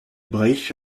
breizh